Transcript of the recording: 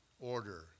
order